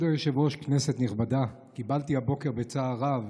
כבוד היושב-ראש, כנסת נכבדה, קיבלתי הבוקר בצער רב